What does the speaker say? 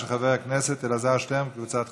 של חבר הכנסת אלעזר שטרן וקבוצת חברי,